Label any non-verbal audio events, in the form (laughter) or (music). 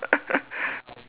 (laughs)